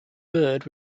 bird